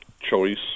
choice